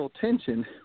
tension